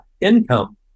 income